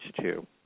two